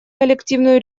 коллективную